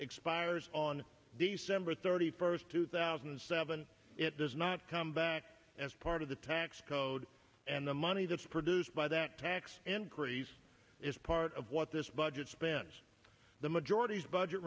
expires on december thirty first two thousand and seven it does not come back as part of the tax code and the money that's produced by that tax increase is part of what this budget spends the majority budget